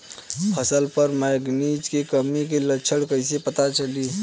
फसल पर मैगनीज के कमी के लक्षण कइसे पता चली?